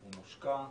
הוא מושקע.